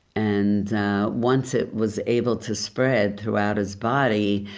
and once it was able to spread throughout his body,